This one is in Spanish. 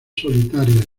solitarias